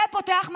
זה פותח מהדורות,